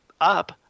up